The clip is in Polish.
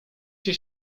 się